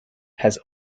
has